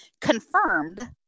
confirmed